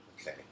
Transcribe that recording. Okay